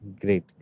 Great